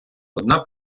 одна